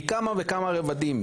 מכמה וכמה רבדים,